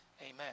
amen